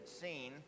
seen